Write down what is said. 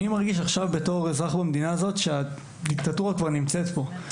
אני אזרח במדינת הזאת ואני מרגיש שהדיקטטורה כבר נמצאת פה.